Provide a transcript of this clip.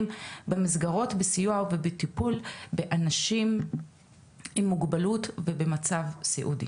במסגרות בסיוע ובטיפול באנשים עם מוגבלות ובמצב סיעודי.